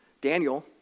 Daniel